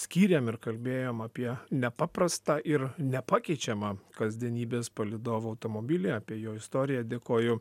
skyrėm ir kalbėjom apie nepaprastą ir nepakeičiamą kasdienybės palydovo automobilį apie jo istoriją dėkoju